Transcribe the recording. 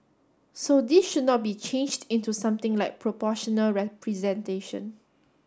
so this should not be changed into something like proportional representation